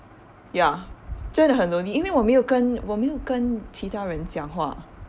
ya 真的很 lonely 因为我没有跟我没有跟其他人讲话